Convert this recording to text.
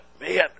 man